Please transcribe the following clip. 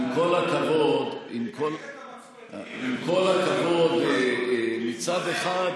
עם כל הכבוד, עם כל הכבוד, מצד אחד